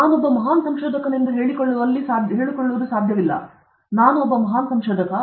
ನಾನೊಬ್ಬ ಮಹಾನ್ ಸಂಶೋಧಕನೆಂದು ಹೇಳಿಕೊಳ್ಳುವಲ್ಲಿ ನಾವು ಸಾಧ್ಯವಿಲ್ಲ ನಾನು ಒಬ್ಬ ಮಹಾನ್ ಸಂಶೋಧಕ